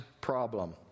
problem